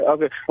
Okay